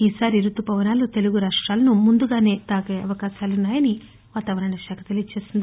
ఈ సారి రుతుపవనాలు తెలుగు రాష్ట్రాలను ముందుగానే తాకే అవకాశాలున్నాయని వాతావరణశాఖ తెలిపింది